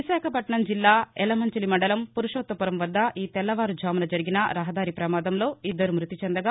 విశాఖపట్నం జిల్లా ఎలమంచిలి మండలం పురుషోత్తపురం వద్ద ఈ తెల్లవారు ఝామున జరిగిన రహదారి ప్రమాదంలో ఇద్దరు మృతి చెందగా